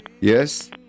Yes